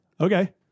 Okay